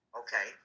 okay